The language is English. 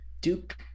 Duke